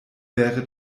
wäre